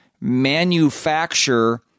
manufacture